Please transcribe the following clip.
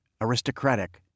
aristocratic